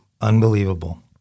Unbelievable